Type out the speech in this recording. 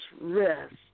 rest